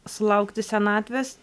sulaukti senatvės